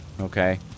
okay